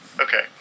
Okay